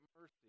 mercy